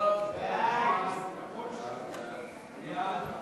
סעיף 5, כהצעת הוועדה,